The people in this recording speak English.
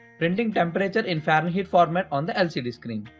printing temperature in faranheit format on the lcd screen.